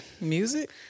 Music